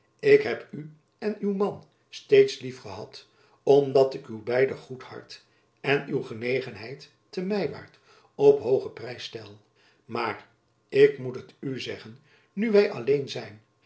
ik heb u en uw man steeds lief gehad omdat ik uw beider goed hart en uw genegenheid te mywaart op hoogen prijs stel maar ik moet het u zeggen nu wy alleen zijn